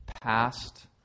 past